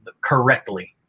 correctly